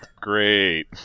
Great